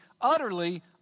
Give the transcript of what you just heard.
utterly